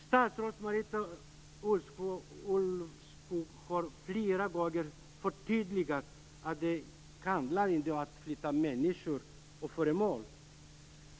Statsrådet Marita Ulvskog har flera gånger förtydligat att det "inte heller handlar om att flytta människor eller föremål."